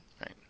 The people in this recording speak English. right